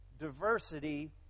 diversity